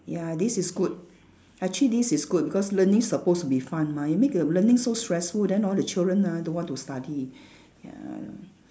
ya this is good actually this is good because learning supposed to be fun mah you make the learning so stressful then all the children ah don't want to study ya